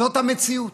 זאת המציאות.